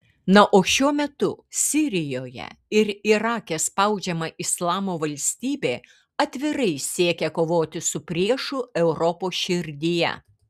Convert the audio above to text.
na o šiuo metu sirijoje ir irake spaudžiama islamo valstybė atvirai siekia kovoti su priešu europos širdyje